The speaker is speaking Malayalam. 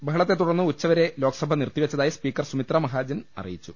ബഹളത്തെതുടർന്ന് ഉച്ചവരെ ലോക്സഭ നിർത്തിവെച്ചതായി സ്പീക്കർ സുമിത്രാ മഹാജൻ അറിയി ച്ചു